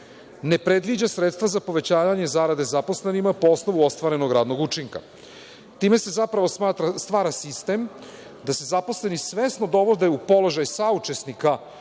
ne predviđa sredstva za povećavanje zarade zaposlenima po osnovu ostvarenog radnog učinka. Time se zapravo stvara sistem da se zaposleni svesno dovode u položaj saučesnika